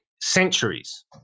centuries